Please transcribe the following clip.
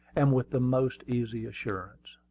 and with the most easy assurance.